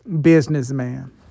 businessman